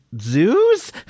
zoos